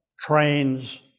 trains